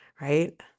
Right